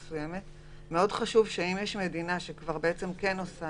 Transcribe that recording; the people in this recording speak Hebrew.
מסוימת: מאוד חשוב שאם יש מדינה שכבר כן עושה